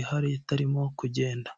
ihari itarimo kugenda.